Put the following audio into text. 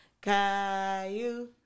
Caillou